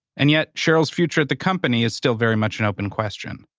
and yet, sheryl's future at the company is still very much an open question.